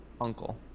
uncle